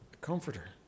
comforter